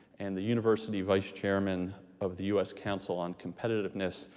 and the university vice chairman of the us council on competitiveness,